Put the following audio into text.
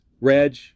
Reg